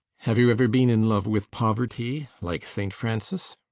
have you ever been in love with poverty, like st francis?